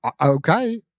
Okay